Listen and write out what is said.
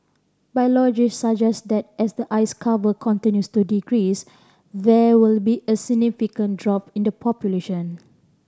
biologists suggest that as the ice cover continues to decrease there will be a significant drop in the population